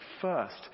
first